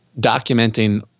Documenting